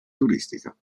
turistica